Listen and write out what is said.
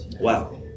Wow